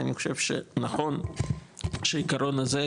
אני חושב שנכון שעיקרון הזה,